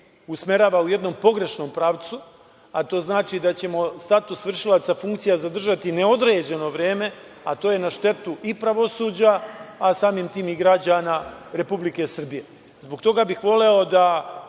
usmerava u jednom pogrešnom pravcu, a to znači da ćemo status vršilaca funkcija zadržati neodređeno vreme, a to je na štetu i pravosuđa, a samim tim i građana Republike Srbije. Zbog toga bih voleo da